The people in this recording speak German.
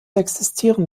existieren